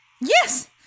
Yes